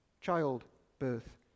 childbirth